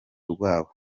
rwabo